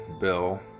bill